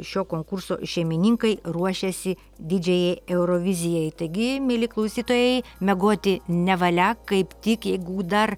šio konkurso šeimininkai ruošiasi didžiajai eurovizijai taigi mieli klausytojai miegoti nevalia kaip tiek jėgų dar